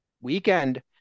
weekend